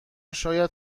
شاید